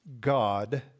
God